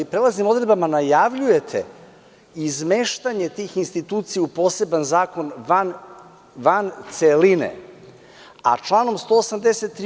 Vi prelaznim odredbama najavljujete izmeštanje tih institucija u poseban zakon van celine, a članom 183.